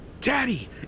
Daddy